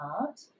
art